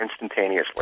instantaneously